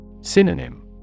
Synonym